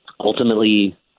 Ultimately